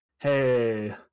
hey